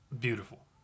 Beautiful